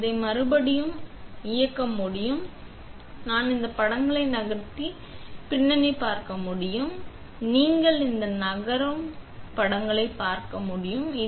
நான் இதை இயக்க முடியும் மற்றும் நீங்கள் இந்த படங்களை நகர்த்த பின்னணி பார்க்க முடியும் மற்றும் நீங்கள் இந்த நகரும் பார்க்க முடியும்